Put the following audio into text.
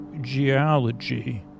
Geology